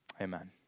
amen